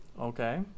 Okay